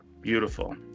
Beautiful